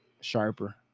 sharper